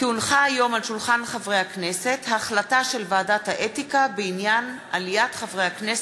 בקשת הפיצול של ועדת הכספים אושרה.